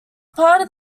part